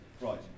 Right